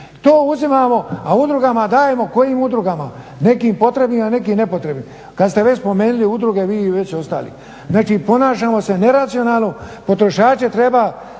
To uzimamo a udrugama dajemo. Kojim udrugama? Nekim potrebnim, a nekim nepotrebnim. Kad ste već spomenuli udruge vi i ostali. Znači, ponašamo se neracionalno. Potrošače treba